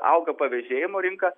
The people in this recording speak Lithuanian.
auga pavėžėjimo rinka